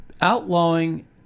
outlawing